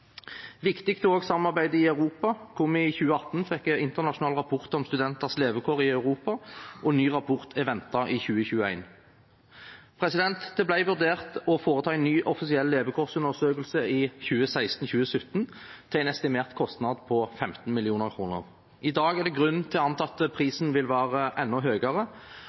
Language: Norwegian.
Viktig er også samarbeidet i Europa, hvor vi i 2018 fikk en internasjonal rapport om studenters levekår i Europa. En ny rapport er ventet i 2021. Det ble vurdert å foreta en ny offisiell levekårsundersøkelse i 2016/2017, til en estimert kostnad på 15 mill. kr. I dag er det grunn til å anta at prisen vil være enda høyere,